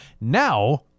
now